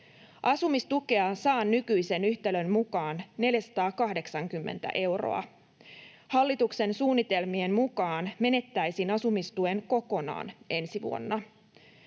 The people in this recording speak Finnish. Asumistukea saan nykyisen yhtälön mukaan 480 euroa. Hallituksen suunnitelmien mukaan menettäisin asumistuen kokonaan ensi vuonna.